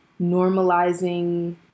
normalizing